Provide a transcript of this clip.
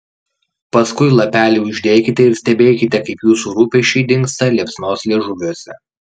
paskui lapelį uždekite ir stebėkite kaip jūsų rūpesčiai dingsta liepsnos liežuviuose